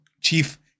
Chief